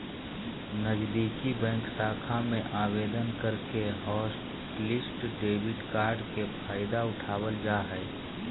नजीदीकि बैंक शाखा में आवेदन करके हॉटलिस्ट डेबिट कार्ड के फायदा उठाबल जा हय